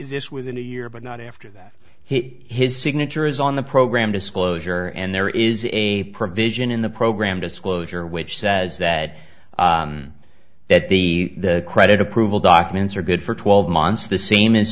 this within a year but not after that he his signature is on the program disclosure and there is a provision in the program disclosure which says that that the credit approval documents are good for twelve months the same is